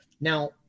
Now